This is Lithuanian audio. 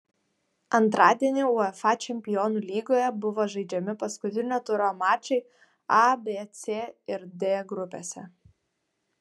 antradienį uefa čempionų lygoje buvo žaidžiami paskutinio turo mačai a b c ir d grupėse